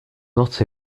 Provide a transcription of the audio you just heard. not